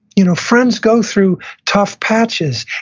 you know friends go through tough patches.